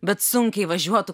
bet sunkiai važiuotų